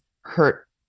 hurt